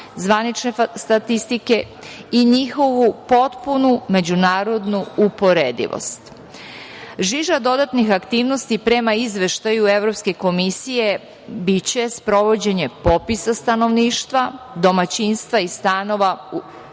zvanične statistike i njihovu potpunu međunarodnu uporedivost. Žiža dodatnih aktivnosti prema Izveštaju Evropske komisije biće sprovođenje popisa stanovništva, domaćinstava i stanova u